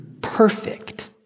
perfect